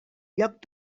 lloc